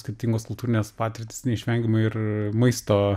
skirtingos kultūrinės patirtys neišvengiamai ir maisto